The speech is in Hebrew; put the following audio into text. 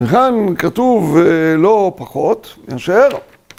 וכאן כתוב לא פחות, נישאר.